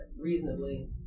reasonably